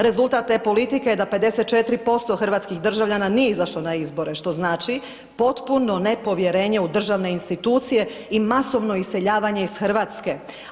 Rezultat je politike je da 54% hrvatskih državljana nije izašlo na izbore, što znači potpuno nepovjerenje u državne institucije i masovno iseljavanje iz Hrvatske.